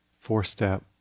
four-step